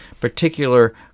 particular